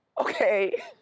Okay